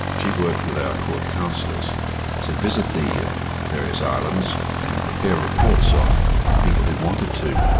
she worked with our court counsellors to visit the various islands and prepare reports on people who wanted to,